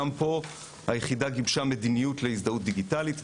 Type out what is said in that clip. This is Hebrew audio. גם פה היחידה גיבשה מדיניות להזדהות דיגיטלית,